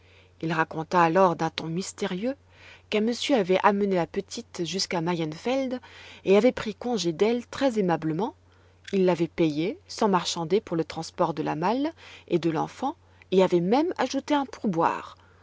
il raconta alors d'un ton mystérieux qu'un monsieur avait amené la petite jusqu'à mayenfeld et avait pris congé d'elle très aimablement il l'avait payé sans marchander pour le transport de la malle et de l'enfant et avait même ajouté un pourboire